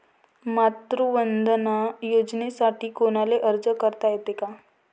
मातृवंदना योजनेसाठी कोनाले अर्ज करता येते?